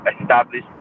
established